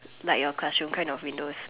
like your classroom kind of window